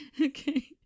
Okay